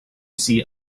see